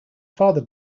father